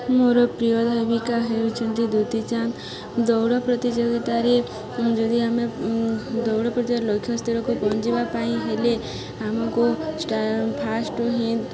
ମୋର ପ୍ରିୟ ଧାବିକା ହେଉଛନ୍ତି ଦୁତି ଚାନ୍ଦ ଦୌଡ଼ ପ୍ରତିଯୋଗିତାରେ ଯଦି ଆମେ ଦୌଡ଼ ପ୍ରତିଯୋଗ ଲକ୍ଷ୍ୟ ସ୍ଥଳକୁ ପହଞ୍ଚିବା ପାଇଁ ହେଲେ ଆମକୁ ଫାର୍ଷ୍ଟରୁ ହିଁ